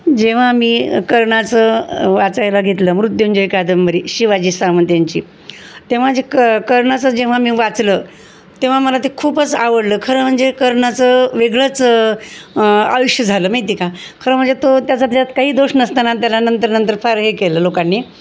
जेव्हा मी कर्णाचं वाचायला घेतलं मृत्युंजय कादंबरी शिवाजी सावंत यांची तेव्हा जे क कर्णाचं जेव्हा मी वाचलं तेव्हा मला ते खूपच आवडलं खरं म्हणजे कर्णाचं वेगळंच आयुष्य झालं माहितए का खरं म्हणजे तो त्याच्यात काही दोष नसताना त्याला नंतर नंतर फार हे केलं लोकांनी